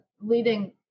leading